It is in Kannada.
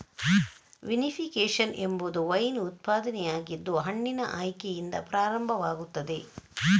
ವಿನಿಫಿಕೇಶನ್ ಎಂಬುದು ವೈನ್ ಉತ್ಪಾದನೆಯಾಗಿದ್ದು ಹಣ್ಣಿನ ಆಯ್ಕೆಯಿಂದ ಪ್ರಾರಂಭವಾಗುತ್ತದೆ